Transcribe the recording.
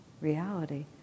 reality